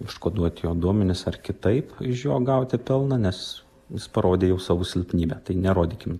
užkoduoti jo duomenis ar kitaip iš jo gauti pelną nes jis parodė jau savo silpnybę tai nerodykim